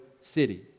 City